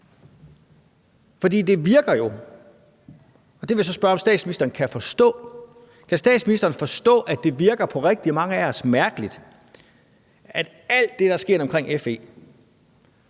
det virker jo – og det vil jeg så spørge om statsministeren kan forstå – på rigtig mange af os mærkeligt, at alt det, der er sket omkring FE,